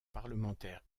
parlementaire